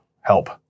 help